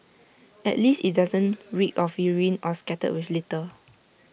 at least IT doesn't reek of urine or scattered with litter